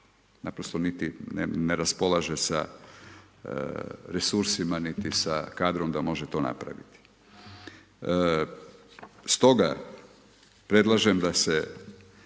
Naprosto niti ne raspolažu sa resursima niti sa kadrom da može to napraviti. Stoga, predlažem da